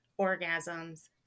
orgasms